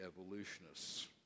evolutionists